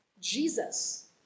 Jesus